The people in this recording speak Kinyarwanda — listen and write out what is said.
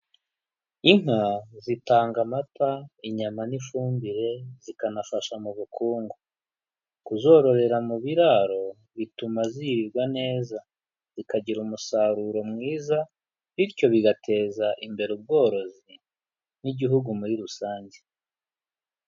Inka zitanga amata, inyama n'ifumbire, zikanafasha mu bukungu. Kuzororera mu biraro bituma zirirwa neza, zikagira umusaruro mwiza bityo bigateza imbere ubworozi n'igihugu muri rusange.